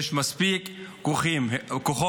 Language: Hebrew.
יש מספיק כוחות.